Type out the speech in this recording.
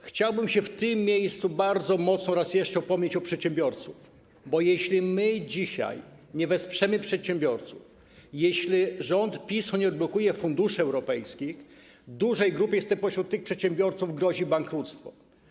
Chciałbym się w tym miejscu jeszcze raz bardzo mocno upomnieć o przedsiębiorców, bo jeśli my dzisiaj nie wesprzemy przedsiębiorców, jeśli rząd PiS-u nie odblokuje funduszy europejskich, dużej grupie spośród tych przedsiębiorców grozi bankructwo.